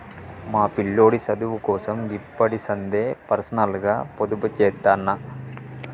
మా పిల్లోడి సదువుకోసం గిప్పడిసందే పర్సనల్గ పొదుపుజేత్తన్న